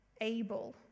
able